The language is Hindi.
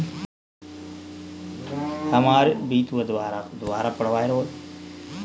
हमारे प्रधानमंत्री नरेंद्र मोदी ने कोलकाता में प्रधानमंत्री जीवन ज्योति बीमा योजना का प्रारंभ किया